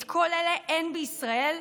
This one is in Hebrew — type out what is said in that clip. את כל אלה אין בישראל,